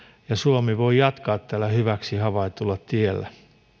ja suomi voi jatkaa tällä hyväksi havaitulla tiellä